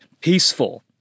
peaceful